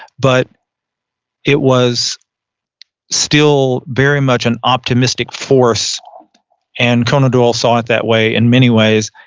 but it was still very much an optimistic force and conan doyle saw it that way in many ways.